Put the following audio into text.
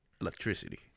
electricity